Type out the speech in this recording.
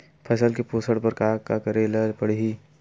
फसल के पोषण बर का करेला पढ़ही?